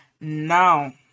Now